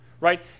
right